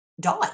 die